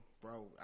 bro